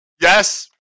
Yes